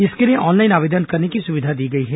इसके लिए ऑनलाइन आवेदन करने की सुविधा दी गई है